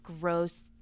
gross